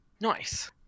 Nice